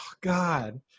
God